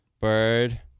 Bird